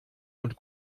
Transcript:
und